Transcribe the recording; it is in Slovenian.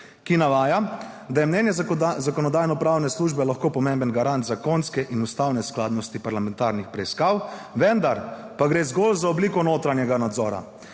ki navaja, da je mnenje Zakonodajno-pravne službe lahko pomemben garant zakonske in ustavne skladnosti parlamentarnih preiskav, vendar pa gre zgolj za obliko notranjega nadzora,